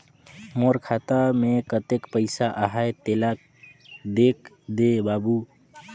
मोर खाता मे कतेक पइसा आहाय तेला देख दे बाबु?